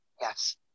Yes